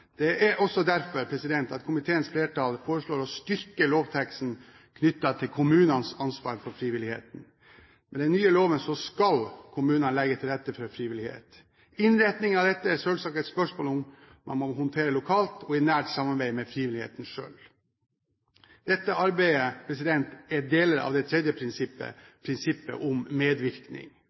Det er også derfor komiteens flertall foreslår å styrke lovteksten knyttet til kommunenes ansvar for frivilligheten. Med den nye loven skal kommunene legge til rette for frivillighet. Innretningen av dette er selvsagt et spørsmål man må håndtere lokalt og i nært samarbeid med frivilligheten selv. Dette arbeidet er en del av det tredje prinsippet, prinsippet om medvirkning.